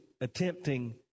attempting